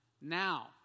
now